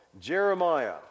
Jeremiah